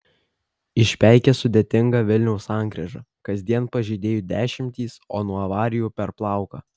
išpeikė sudėtingą vilniaus sankryžą kasdien pažeidėjų dešimtys o nuo avarijų per plauką